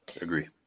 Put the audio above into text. agree